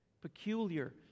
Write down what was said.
peculiar